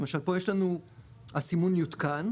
למשל, פה יש לנו הסימון יותקן,